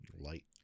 light